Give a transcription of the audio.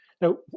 Now